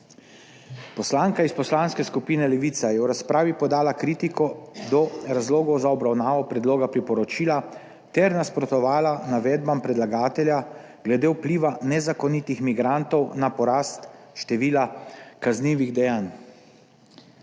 Poslanka iz Poslanske skupine Levica je v razpravi podala kritiko do razlogov za obravnavo predloga priporočila ter nasprotovala navedbam predlagatelja glede vpliva nezakonitih migrantov na porast števila kaznivih dejanj.